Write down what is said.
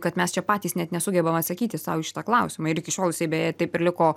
kad mes čia patys net nesugebam atsakyti sau į šitą klausimą ir iki šiol jisai beje taip ir liko